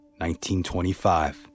1925